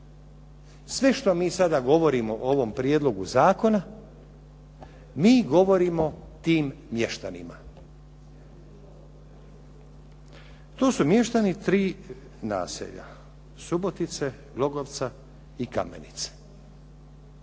Sve što mi sada govorimo o ovom prijedlogu zakona mi govorimo tim mještanima. To su mještani 3 naselja, Subotice, Glogovca i Kamenice.